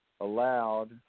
allowed